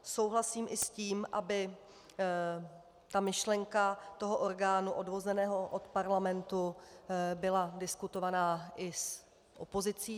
Souhlasím i s tím, aby myšlenka orgánu odvozeného od Parlamentu byla diskutována i s opozicí.